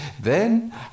then